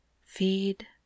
feed